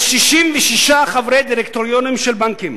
יש 66 חברי דירקטוריונים של הבנקים,